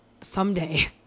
someday